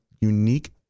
unique